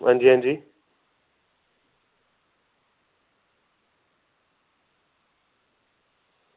हां जी हां जी